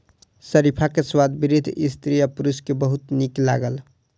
शरीफा के स्वाद वृद्ध स्त्री आ पुरुष के बहुत नीक लागल